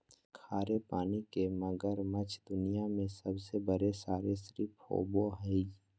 खारे पानी के मगरमच्छ दुनिया में सबसे बड़े सरीसृप होबो हइ